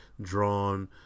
drawn